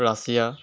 Russia